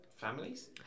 families